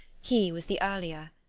he was the earlier.